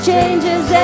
changes